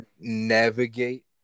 navigate